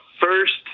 first